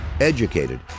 Educated